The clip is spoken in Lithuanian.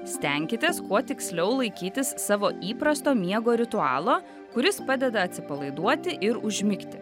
stenkitės kuo tiksliau laikytis savo įprasto miego ritualo kuris padeda atsipalaiduoti ir užmigti